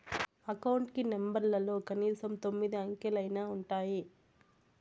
account కి నెంబర్లలో కనీసం తొమ్మిది అంకెలైనా ఉంటాయి